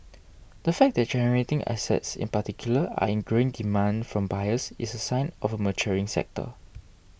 the fact that generating assets in particular are in growing demand from buyers is a sign of a maturing sector